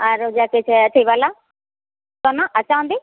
आरो जे कहै छै एथी बाला सोना आ चाँदी